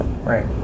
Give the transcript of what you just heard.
Right